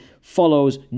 follows